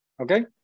Okay